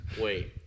Wait